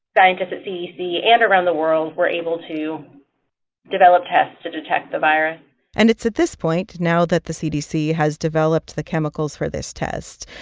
scientists at cdc and around the world were able to develop tests to detect the virus and it's at this point, now that the cdc has developed the chemicals for this test,